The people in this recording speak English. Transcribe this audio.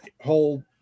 whole